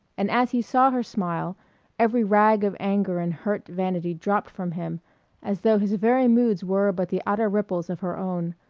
and as he saw her smile every rag of anger and hurt vanity dropped from him as though his very moods were but the outer ripples of her own,